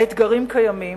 האתגרים קיימים,